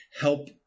help